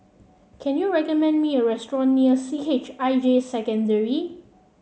can you recommend me a restaurant near C H I J Secondary